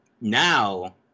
now